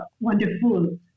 wonderful